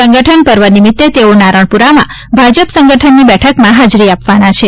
સંગરઠન પર્વ નિમિત્તે તેઓ નારણપુરામાં ભાજપ સંગઠનની બેઠકમાં હાજરી આપવાના છે